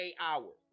hours